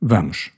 Vamos